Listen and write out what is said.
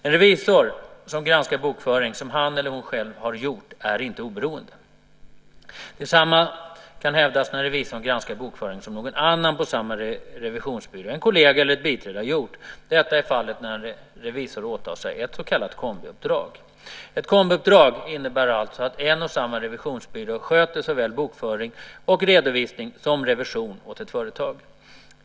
En revisor som granskar bokföring som han eller hon själv har gjort är inte oberoende. Detsamma kan hävdas när revisorn granskar bokföring som någon annan på samma revisionsbyrå - en kollega eller ett biträde - har gjort. Detta är fallet när en revisor åtar sig ett så kallat kombiuppdrag. Ett kombiuppdrag innebär alltså att en och samma revisionsbyrå sköter såväl bokföring och redovisning som revision åt ett företag.